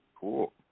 cool